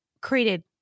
created